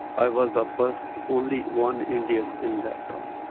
i was the first, only one indian in that um